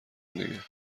دیگه